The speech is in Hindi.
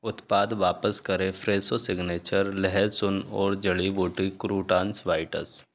उत्पाद वापस करें फ़्रेशो सिग्नेचर लहसुन और जड़ी बूटी क्रूटॉन्स बाईटस